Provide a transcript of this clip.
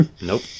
Nope